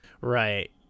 right